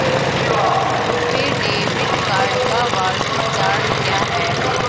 RuPay debit card का वार्षिक charge क्या है?